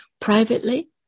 privately